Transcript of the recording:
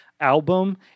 album